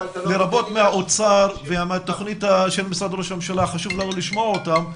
לרבות מהאוצר ומהתוכנית של משרד ראש הממשלה שחשוב לנו לשמוע אותם.